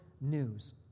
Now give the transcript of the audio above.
news